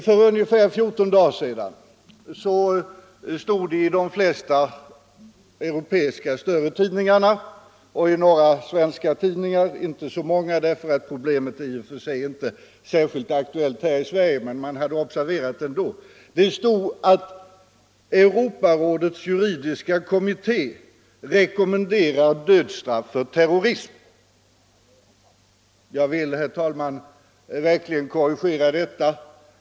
För ungefär 14 dagar sedan stod det i de flesta större europeiska tidningarna och i några svenska — inte så många därför att problemet i och för sig inte är särskilt aktuellt här i Sverige, men man hade observerat det ändå — att Europarådets juridiska kommitté rekommenderar dödsstraff för terrorister. Jag vill, herr talman, verkligen korrigera detta.